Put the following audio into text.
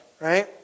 right